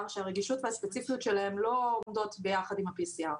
שהרגישות והספציפיות שלהם לא עומדות ביחד עם ה-PCR,